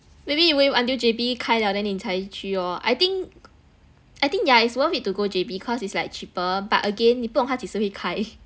maybe you wait until J_B 开 liao then 你才去 lor I think I think yeah it's worth it to go J_B cause it's like cheaper but again 你不懂它几时会开